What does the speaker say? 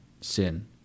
sin